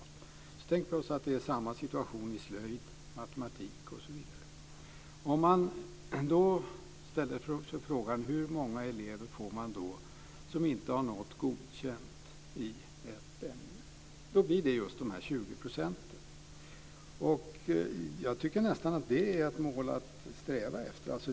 Så tänker vi oss att det är samma situation i slöjd, matematik osv. Om vi då ställer oss frågan hur många elever det blir som inte har nått godkänt i ett ämne, då blir det just dessa 20 %. Jag tycker nästan att det är ett mål att sträva efter.